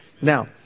Now